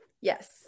Yes